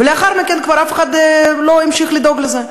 ולאחר מכן כבר אף אחד לא המשיך לדאוג לזה.